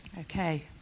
Okay